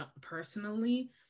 personally